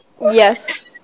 Yes